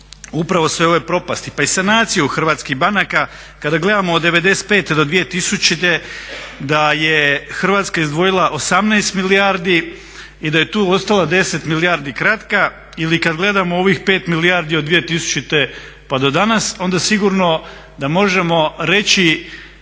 upravo sve ove propasti pa i sanaciju hrvatskih banaka, kada gledamo od '95. do 2000. da je Hrvatska izdvojila 18 milijardi i da je tu ostala 10 milijardi kratka ili kad gledamo u ovih 5 milijardi od 2000. pa do danas onda sigurno da možemo reći